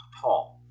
tall